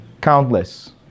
Countless